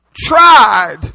tried